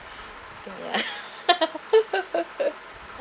I think ya